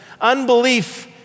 Unbelief